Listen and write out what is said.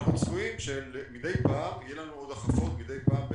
ואנחנו צופים שמדי פעם יהיה לנו עוד בחלק מהחופים.